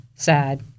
Sad